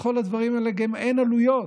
לכל הדברים האלה גם אין עלויות.